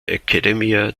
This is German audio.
academia